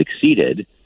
succeeded